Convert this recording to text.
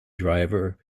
driver